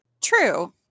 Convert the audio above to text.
True